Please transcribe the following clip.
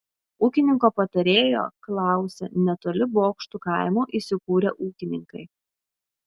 ūkininko patarėjo klausė netoli bokštų kaimo įsikūrę ūkininkai